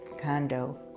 condo